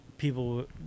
People